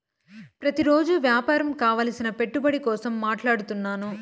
ప్రతిరోజు వ్యాపారం కావలసిన పెట్టుబడి కోసం మాట్లాడుతున్నాను